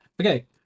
Okay